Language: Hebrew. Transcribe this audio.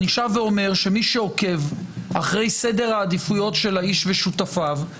ואני שב ואומר שמי שעוקב אחרי סדר העדיפויות של האיש ושותפיו,